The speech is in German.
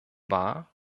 war